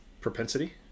Propensity